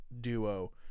duo